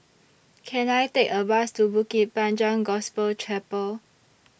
Can I Take A Bus to Bukit Panjang Gospel Chapel